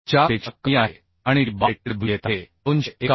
4पेक्षा कमी आहे आणि D बाय tw येत आहे 251